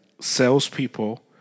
salespeople